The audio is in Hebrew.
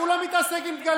הוא לא מתעסק עם דגלים.